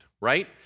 right